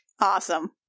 Awesome